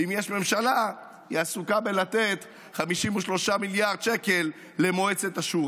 ואם יש ממשלה היא עסוקה בלתת 53 מיליארד שקל למועצת השורא.